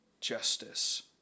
justice